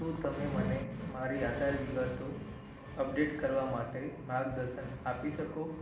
શું તમે મને મારી આધાર વિગતો અપડેટ કરવા માટે માર્ગદર્શન આપી શકો